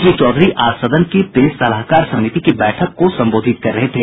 श्री चौधरी आज सदन की प्रेस सलाहकार समिति की बैठक को संबोधित कर रहे थे